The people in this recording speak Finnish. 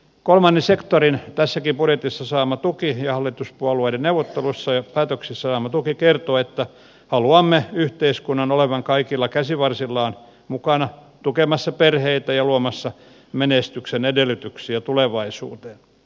kolmannen sektorin tässäkin budjetissa saama tuki ja hallituspuolueiden neuvotteluissa ja päätöksissä saama tuki kertoo että haluamme yhteiskunnan olevan kaikilla käsivarsillaan mukana tukemassa perheitä ja luomassa menestyksen edellytyksiä tulevaisuuteen